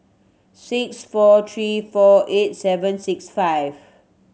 six four three four eight seven six five